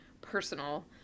personal